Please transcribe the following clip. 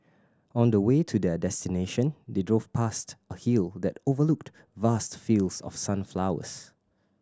on the way to their destination they drove past a hill that overlooked vast fields of sunflowers